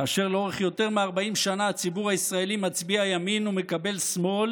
כאשר לאורך יותר מ-40 שנה הציבור הישראלי מצביע ימין ומקבל שמאל